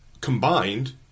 combined